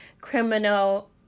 Criminal